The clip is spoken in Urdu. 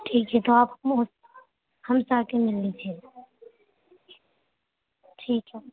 ٹھیک ہے تو آپ نا ہم سے آ کے مل لیجیے ٹھیک ہے